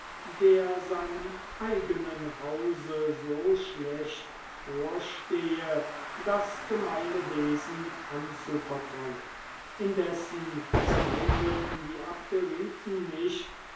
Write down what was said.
der seinem eigenen hause so schlecht vorstehe das gemeine wesen anzuvertrauen indessen zweifelten die abderiten nicht